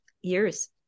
years